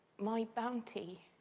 my bounty